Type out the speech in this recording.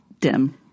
dim